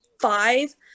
five